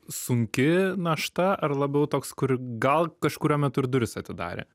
sunki našta ar labiau toks kur gal kažkuriuo metu ir duris atidarė